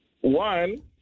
one